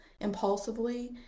impulsively